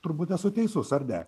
turbūt esu teisus ar ne